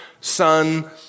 son